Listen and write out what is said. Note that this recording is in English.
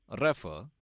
refer